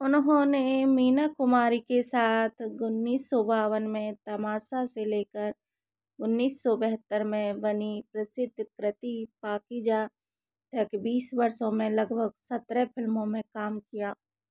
उन्होंने मीना कुमारी के साथ उन्नीस सौ बावन में तमाशा से लेकर उन्नीस सौ बहत्तर में बनी प्रसिद्ध कृति पाकीज़ा तक बीस वर्षों में लगभग सत्रह फिल्मों में काम किया